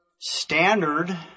standard